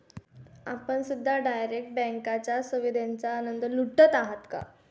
आपण सुद्धा डायरेक्ट बँकेच्या सुविधेचा आनंद लुटत आहात का?